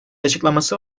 açıklaması